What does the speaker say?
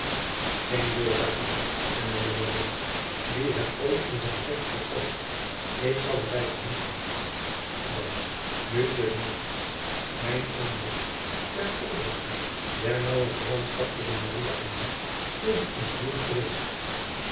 geen woord daarvan hernam de baron wie hem ooit in zijn recht verkort ik zal hem blijven handhaven dan nu is er nog iets mijn oom was ter oorzake der naauwe verwantschap tusschen maria en mij tegen ons huwelijk geweest